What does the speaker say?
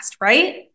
right